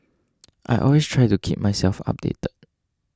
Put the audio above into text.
I always try to keep myself updated